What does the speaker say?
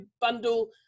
bundle